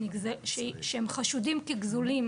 שהם חשודים כגזולים,